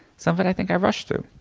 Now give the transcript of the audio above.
something i think i rushed through.